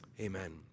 Amen